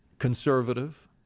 conservative